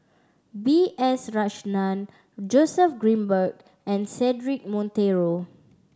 B S Rajhan Joseph Grimberg and Cedric Monteiro